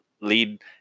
lead